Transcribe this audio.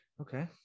Okay